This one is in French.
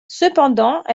cependant